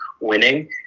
winning